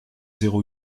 zéro